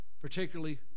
particularly